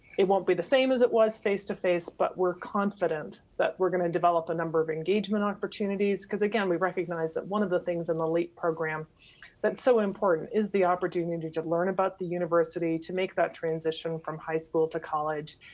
it won't be the same as it was face-to-face, but we're confident that we're gonna develop a number of engagement opportunities. cause again, we recognize that one of the things in the leap program that's so important is the opportunity to to learn about the university. to make that transition from high school to college.